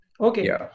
Okay